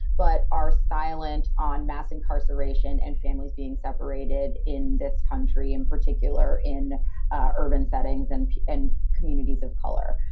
but are silent on mass incarceration and families being separated in this country, in particular, in urban settings and and communities of color.